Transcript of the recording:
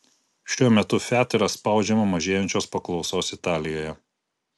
šiuo metu fiat yra spaudžiama mažėjančios paklausos italijoje